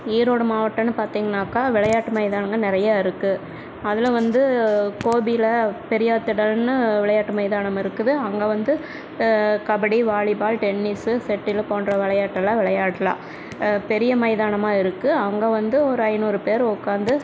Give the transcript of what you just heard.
ஈரோடு மாவட்டம்னு பார்த்தீங்கன்னாக்கா விளையாட்டு மைதானங்கள் நிறையா இருக்குது அதில் வந்து கோபியில் பெரியார் திடலுன்னு விளையாட்டு மைதானம் இருக்குது அங்கே வந்து கபடி வாலிபால் டென்னிஸு செட்டிலு போன்ற விளையாட்டெல்லாம் விளையாட்லாம் பெரிய மைதானமாக இருக்குது அங்கே வந்து ஒரு ஐநூறு பேர் உக்கார்ந்து